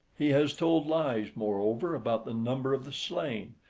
he has told lies, moreover, about the number of the slain,